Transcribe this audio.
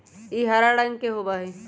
ई हरा रंग के होबा हई